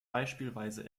beispielsweise